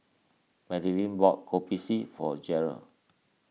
Madeleine bought Kopi C for Jeryl